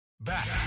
back